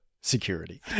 security